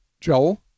Joel